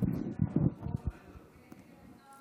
כנסת נכבדה,